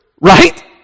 right